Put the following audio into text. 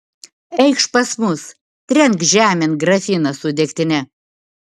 eikš pas mus trenk žemėn grafiną su degtine